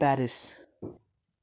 Paris